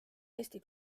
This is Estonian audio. eesti